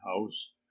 House